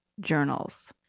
journals